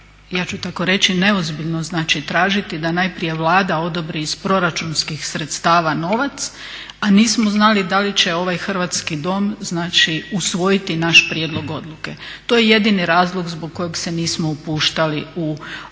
ja ću tako reći neozbiljno tražiti da najprije Vlada odobri iz proračunskih sredstava novac, a nismo znali da li će ovaj hrvatski Dom usvojiti naš prijedlog odluke. To je jedini razlog zbog kojeg se nismo upuštali u špekulaciju